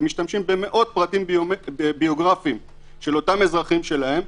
הם משתמשים במאות פרטים ביוגרפיים של אותם אזרחים שלהם,